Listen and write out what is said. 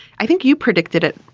i think you predicted it.